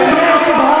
מספיק.